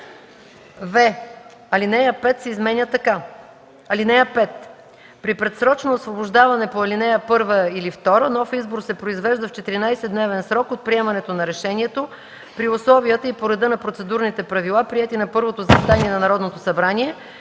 в) ал. 5 се изменя така: „(5) При предсрочно освобождаване по ал. 1 или 2 нов избор се произвежда в 14-дневен срок от приемането на решението, при условията и по реда на процедурните правила, приети на първото заседание на Народното събрание.